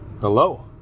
Hello